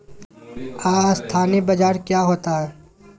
अस्थानी बाजार क्या होता है?